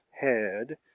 Head